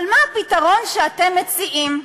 אבל מה הפתרון שאתם מציעים?